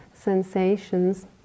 sensations